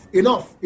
enough